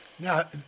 Now